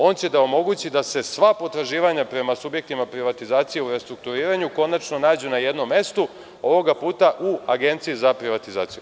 On će da omogući da se sva potraživanja prema subjektima privatizacije u restrukturiranju konačno nađu na jedom mestu, ovoga puta u Agenciji za privatizaciju.